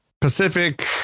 Pacific